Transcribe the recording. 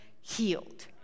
healed